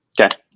Okay